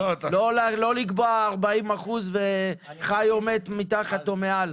לא לקבוע 40% ומתחת כולם מתים.